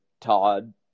todd